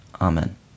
Amen